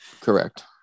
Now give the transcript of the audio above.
Correct